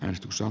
äänestyksen